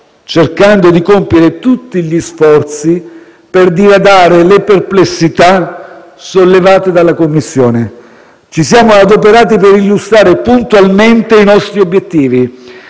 cercando di compiere tutti gli sforzi per diradare le perplessità sollevate dalla Commissione. Ci siamo adoperati per illustrare puntualmente i nostri obiettivi,